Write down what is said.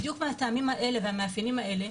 בדיוק מהטעמים והמאפיינים האלה,